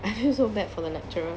I feel so bad for the lecturer